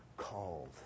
called